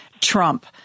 Trump